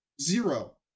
Zero